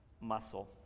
muscle